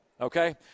okay